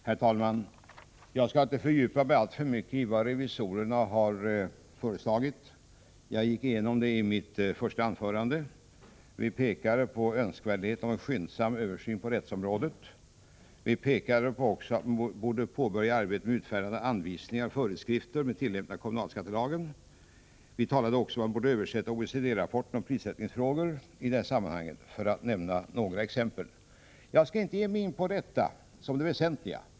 Herr talman! Jag skall inte fördjupa mig alltför mycket i vad vi revisorer har föreslagit. Jag gick igenom det i mitt första anförande. Vi har pekat på önskvärdheten av en skyndsam översyn av rättsområdet och att man borde påbörja arbetet med utfärdande av anvisningar och föreskrifter för tillämpningen av kommunalskattelagen. Vi har också sagt att man borde översätta OECD-rapporten om prissättningsfrågor i detta sammanhang, för att nämna några exempel. Jag skall inte ge mig in på detta såsom det väsentliga.